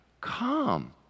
Come